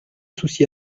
souci